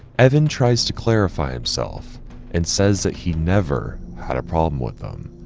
evan tries to clarify himself and says that he never had a problem with them.